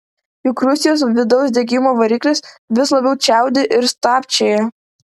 juk rusijos vidaus degimo variklis vis labiau čiaudi ir stabčioja